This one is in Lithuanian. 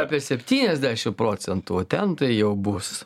apie septyniasdešim procentų o ten tai jau bus